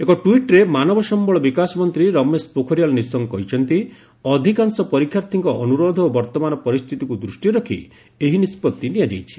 ଏକ ଟ୍ୱିଟ୍ରେ ମାନବ ସମ୍ଭଳ ବିକାଶ ମନ୍ତ୍ରୀ ରମେଶ ପୋଖରିଆଲ୍ ନିଶଙ୍କ କହିଚ୍ଚନ୍ତି ଅଧିକାଂଶ ପରୀକ୍ଷାର୍ଥୀଙ୍କ ଅନୁରୋଧ ଓ ବର୍ତ୍ତମାନର ପରିସ୍ଥିତିକୁ ଦୃଷ୍ଟିରେ ରଖି ଏହି ନିଷ୍ପଭି ନିଆଯାଇଛି